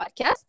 Podcast